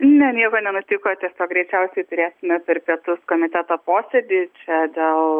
ne nieko nenutiko tiesiog greičiausiai turėsime per pietus komiteto posėdį čia dėl